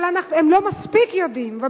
אבל הם לא מספיק יודעים.